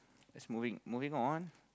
let's moving moving on